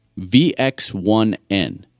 VX1N